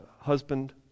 husband